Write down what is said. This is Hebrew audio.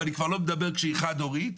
ואני כבר לא מדבר כשהיא חד הורית.